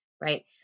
right